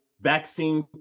vaccine